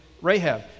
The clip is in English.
Rahab